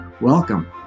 Welcome